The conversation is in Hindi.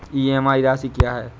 ई.एम.आई राशि क्या है?